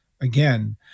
again